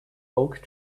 oak